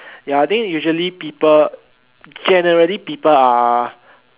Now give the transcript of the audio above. ya I think usually people generally people are